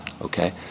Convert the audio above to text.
okay